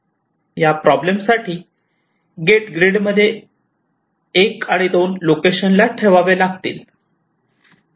या प्रॉब्लेम साठी gate grid मध्ये 1 2 लोकेशनला ठेवावे लागेल